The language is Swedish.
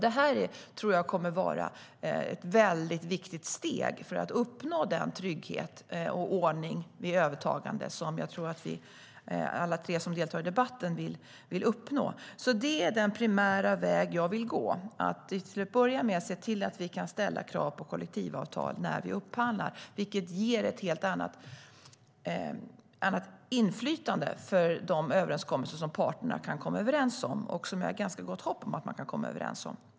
Det här tror jag kommer att vara ett väldigt viktigt steg för att uppnå den trygghet och den ordning vid övertagande som jag tror att vi alla tre som deltar i debatten vill uppnå. Detta är den primära väg jag vill gå. Till att börja med handlar det om att se till att vi kan ställa krav på kollektivavtal när vi upphandlar, vilket ger ett helt annat inflytande när det gäller de överenskommelser som parterna kan göra och som jag har ganska gott hopp om att de kommer att göra.